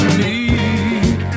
need